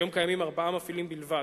היום קיימים ארבעה מפעילים בלבד.